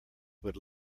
would